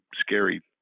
scary